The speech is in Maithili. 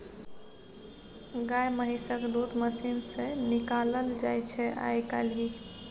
गाए महिषक दूध मशीन सँ निकालल जाइ छै आइ काल्हि